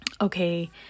okay